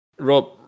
Rob